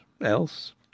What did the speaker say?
else